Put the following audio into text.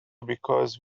because